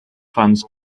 funds